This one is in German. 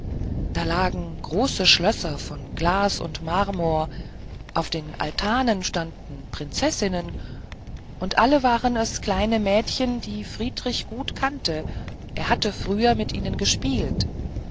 da lagen große schlösser von glas und von marmor auf den altanen standen prinzessinnen und alle waren es kleine mädchen die friedrich gut kannte er hatte früher mit ihnen gespielt